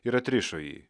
ir atrišo jį